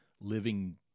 living